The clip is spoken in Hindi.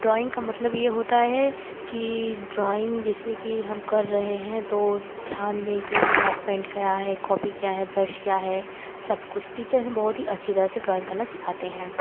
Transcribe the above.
ड्राइंग का मतलब ये होता है कि ड्राइंग जैसे कि हम कर रहे हैं तो ध्यान दें कि हमारा पैंट क्या है कॉपी क्या है ब्रश क्या है सब कुछ टीचर बहुत ही अच्छी तरह से ड्राइंग करना सिखाते हैं